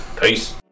Peace